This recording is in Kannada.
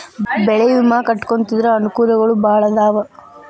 ಬೆಳೆ ವಿಮಾ ಕಟ್ಟ್ಕೊಂತಿದ್ರ ಅನಕೂಲಗಳು ಬಾಳ ಅದಾವ